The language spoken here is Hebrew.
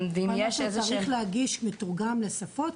יש תהליך להגיש מתורגם לשפות?